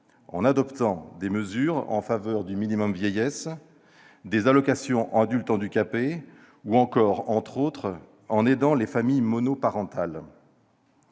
en adoptant des mesures en faveur du minimum vieillesse, de l'allocation aux adultes handicapés ou encore en aidant les familles monoparentales.